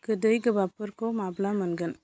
गोदै गोबाबफोरखौ माब्ला मोनगोन